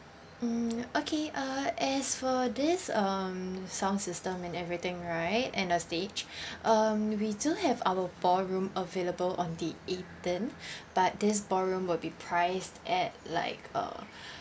mm okay uh as for this um sound system and everything right and the stage um we do have our ballroom available on the eighteen but this ballroom will be priced at like uh